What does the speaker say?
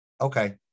Okay